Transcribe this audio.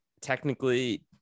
technically